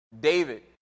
David